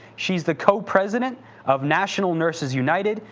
she's the copresident of national nurses united.